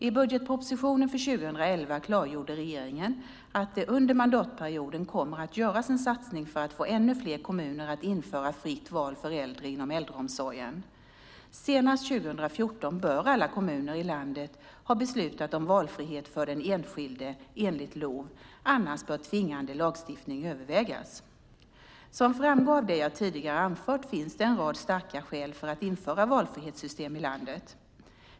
I budgetpropositionen för 2011 klargjorde regeringen att det under mandatperioden kommer att göras en satsning för att få ännu fler kommuner att införa fritt val för äldre inom äldreomsorgen. Senast 2014 bör alla kommuner i landet ha beslutat om valfrihet för den enskilde enligt LOV. Annars bör tvingande lagstiftning övervägas. Som framgår av det jag tidigare anfört finns det en rad starka skäl för att införa valfrihetssystem i hela landet.